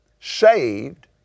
saved